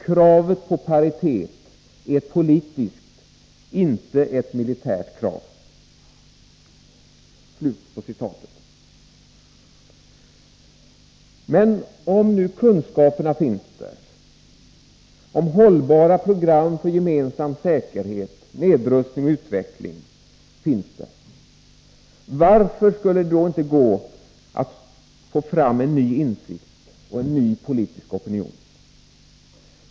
Kravet på paritet är ett politiskt, inte ett militärt krav.” Men om nu kunskaperna finns där, om hållbara program för gemensam säkerhet, nedrustning och utveckling finns där, varför skulle det då inte gå att få fram en ny insikt och en ny politisk opinion?